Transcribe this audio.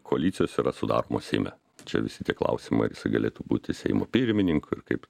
koalicijos yra sudaromos seime čia visi tie klausimai galėtų būti seimo pirmininkui ir kaip